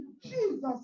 Jesus